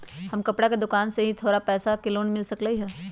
हमर कपड़ा के दुकान है हमरा थोड़ा पैसा के लोन मिल सकलई ह?